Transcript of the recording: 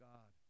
God